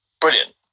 brilliant